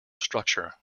structure